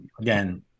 again